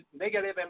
negative